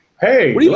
hey